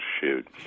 shoot